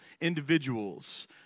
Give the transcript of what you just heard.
individuals